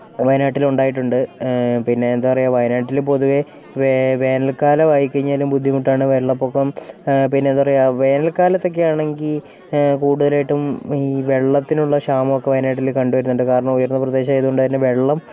വയനാട്ടിലുണ്ടായിട്ടുണ്ട് പിന്നെ എന്താ പറയുക വയനാട്ടിൽ പൊതുവേ വേനൽക്കാലം ആയിക്കഴിഞ്ഞാലും ബുദ്ധിമുട്ടാണ് വെള്ളപൊക്കം പിന്നെന്താ പറയുക വേനൽക്കാലത്തൊക്കെയാണെങ്കിൽ കൂടുതലായിട്ടും ഈ വെള്ളത്തിനുള്ള ക്ഷാമമൊക്കെ വയനാട്ടിൽ കണ്ടു വരുന്നുണ്ട് കാരണം ഉയർന്ന പ്രദേശമായതുകൊണ്ടുതന്നെ വെള്ളം